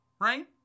right